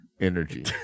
energy